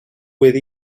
with